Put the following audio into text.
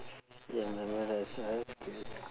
ya memorable okay